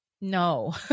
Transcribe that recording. No